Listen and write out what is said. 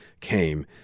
came